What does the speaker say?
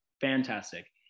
Fantastic